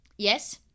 Yes